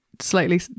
Slightly